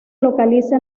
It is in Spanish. localiza